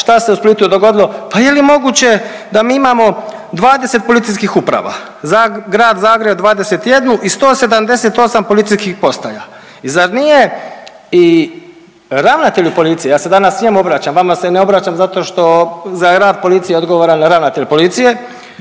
šta se u Splitu dogodilo, pa je li moguće da mi imamo 20 policijskih uprava, za Grad Zagreb 21 i 178 policijskih postaja i zar nije i ravnatelj policije, ja se danas njemu obraćam, vama se ne obraćam zato što za rad policije je odgovoran ravnatelj policije,